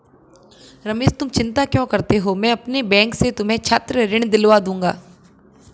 रमेश तुम चिंता क्यों करते हो मैं अपने बैंक से तुम्हें छात्र ऋण दिलवा दूंगा